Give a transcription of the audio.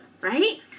right